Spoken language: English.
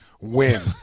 win